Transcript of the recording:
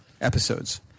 episodes